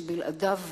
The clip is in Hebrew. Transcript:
בלעדיו,